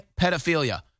pedophilia